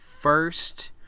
first